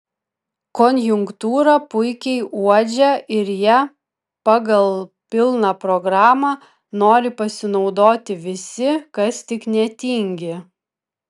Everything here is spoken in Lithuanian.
konjunktūrą puikiai uodžia ir ja pagal pilną programą nori pasinaudoti visi kas tik netingi